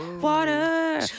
Water